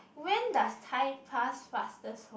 when does time past fastest for